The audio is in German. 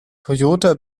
toyota